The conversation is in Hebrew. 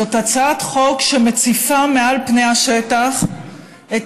זאת הצעת חוק שמציפה מעל פני השטח את